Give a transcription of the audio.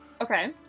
okay